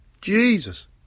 Jesus